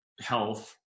health